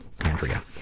Andrea